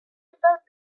about